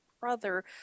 brother